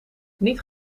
niet